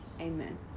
Amen